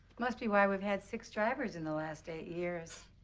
must be why we've had six drivers in the last eight years.